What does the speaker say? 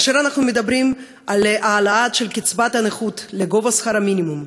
כאשר אנחנו מדברים על העלאת קצבת הנכות לגובה שכר המינימום,